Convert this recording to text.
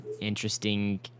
Interesting